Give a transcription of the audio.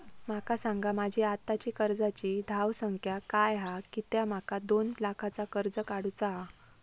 माका सांगा माझी आत्ताची कर्जाची धावसंख्या काय हा कित्या माका दोन लाखाचा कर्ज काढू चा हा?